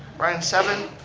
brian seven,